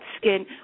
skin